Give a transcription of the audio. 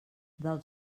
del